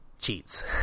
cheats